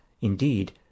indeed